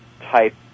type